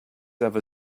ever